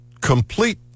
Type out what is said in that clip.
complete